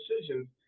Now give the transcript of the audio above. decisions